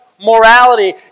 morality